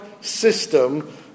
system